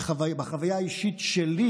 בחוויה האישית שלי.